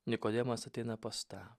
nikodemas ateina pas tą